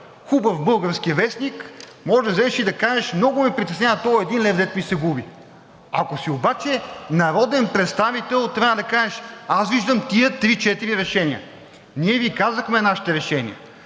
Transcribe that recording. хубав български вестник, може да излезеш и да кажеш: много ме притеснява този един лев, дето ми се губи. Ако си обаче народен представител, трябва да кажеш: аз виждам тези три-четири решения. Ние Ви казахме нашите решения.